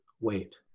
wait